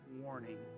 warning